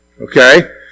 okay